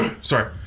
Sorry